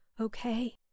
okay